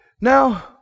Now